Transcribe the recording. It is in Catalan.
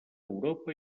europa